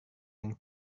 yang